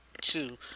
two